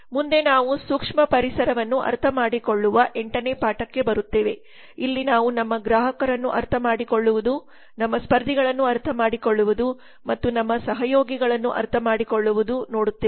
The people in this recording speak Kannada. ಮುಂದೆ ನಾವುಸೂಕ್ಷ್ಮ ಪರಿಸರವನ್ನು ಅರ್ಥಮಾಡಿಕೊಳ್ಳುವ8ನೇಪಾಠಕ್ಕೆಬರುತ್ತೇವೆ ಇಲ್ಲಿ ನಾವು ನಮ್ಮ ಗ್ರಾಹಕರನ್ನು ಅರ್ಥಮಾಡಿಕೊಳ್ಳುವುದು ನಮ್ಮ ಸ್ಪರ್ಧಿಗಳನ್ನು ಅರ್ಥಮಾಡಿಕೊಳ್ಳುವುದು ಮತ್ತು ನಮ್ಮ ಸಹಯೋಗಿಗಳನ್ನು ಅರ್ಥಮಾಡಿಕೊಳ್ಳುವುದು ನೋಡುತ್ತೇವೆ